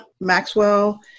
Maxwell